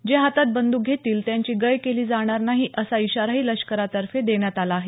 जे हातात बंद्रक घेतील त्यांची गय केली जाणार नाही असा इशाराही लष्करातर्फे देण्यात आला आहे